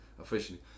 officially